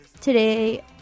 Today